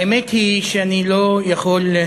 האמת היא שאני לא יכול,